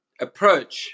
approach